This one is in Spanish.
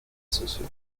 sucio